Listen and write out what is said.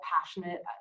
passionate